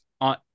on